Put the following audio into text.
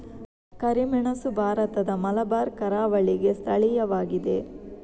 ಕರಿಮೆಣಸು ಭಾರತದ ಮಲಬಾರ್ ಕರಾವಳಿಗೆ ಸ್ಥಳೀಯವಾಗಿದೆ